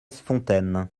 fontaine